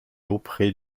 auprès